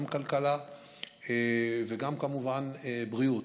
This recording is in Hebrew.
גם כלכלה וגם, כמובן, בריאות,